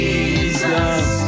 Jesus